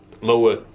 lower